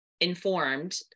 informed